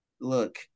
look